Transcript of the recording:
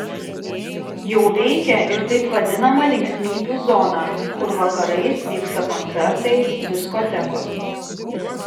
jau veikia ir taip vadinama linksmybių zona kur vakarais vyksta koncertai diskotekos